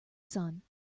sun